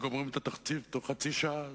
גומרים את התקציב בתוך חצי שעה,